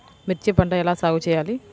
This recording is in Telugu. మిర్చి పంట ఎలా సాగు చేయాలి?